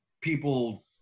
people